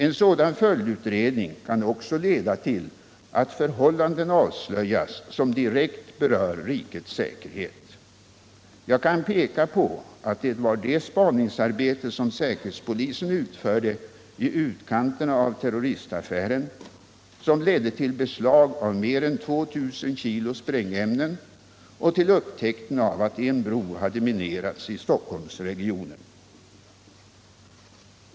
En sådan följdutredning kan också leda till att förhållanden avslöjas som direkt berör rikets säkerhet. Jag kan peka på att det var det spaningsarbete som säkerhetspolisen utförde i utkanterna av terroristaffären som ledde till beslag av mer än 2 000 kg sprängämnen och till upptäckten av att en bro hade minerats i Stockholmsregionen.